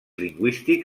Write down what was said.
lingüístic